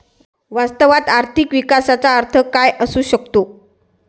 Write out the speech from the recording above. वास्तवात आर्थिक विकासाचा अर्थ काय असू शकतो?